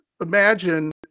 imagine